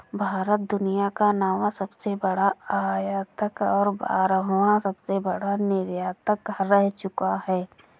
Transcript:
भारत दुनिया का नौवां सबसे बड़ा आयातक और बारहवां सबसे बड़ा निर्यातक रह चूका है